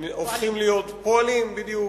פועלים, בדיוק.